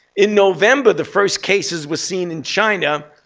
in november, the first cases were seen in china.